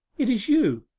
it is you!